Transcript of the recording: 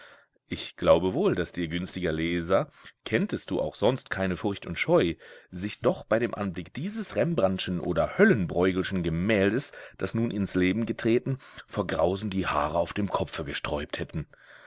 ich glaube wohl daß dir günstiger leser kenntest du auch sonst keine furcht und scheu sich doch bei dem anblick dieses rembrandtschen oder höllenbreughelschen gemäldes das nun ins leben getreten vor grausen die haare auf dem kopfe gesträubt hätten